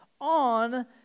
on